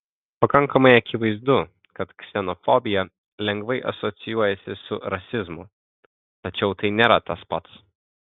pakankamai akivaizdu kad ksenofobija lengvai asocijuojasi su rasizmu tačiau tai nėra tas pats